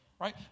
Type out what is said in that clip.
Right